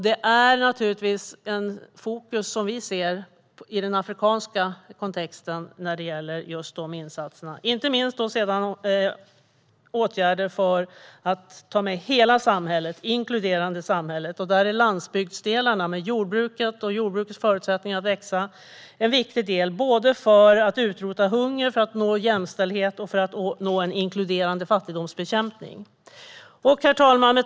Det är naturligtvis ett fokus i den afrikanska kontexten när det gäller just dessa insatser, inte minst åtgärder för att inkludera hela samhället. Där är landsbygdsdelarna med jordbruket och jordbrukets förutsättningar att växa en viktig del för att utrota hunger, för att nå jämställdhet och för att nå en inkluderande fattigdomsbekämpning. Herr talman!